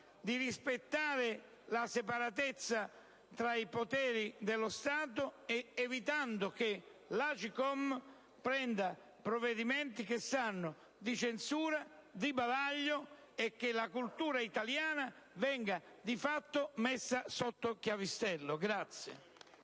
il rispetto della separatezza tra i poteri dello Stato, evitando che l'Agcom prenda provvedimenti che sanno di censura, di bavaglio e che la cultura italiana venga, di fatto, messa sotto chiavistello.*(Applausi